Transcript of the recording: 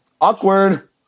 awkward